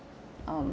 um